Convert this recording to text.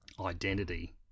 identity